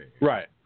Right